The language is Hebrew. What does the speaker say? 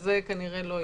אז זה כנראה לא יקרה.